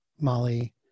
Molly